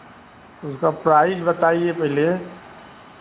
उसका प्राइज बताइए पहले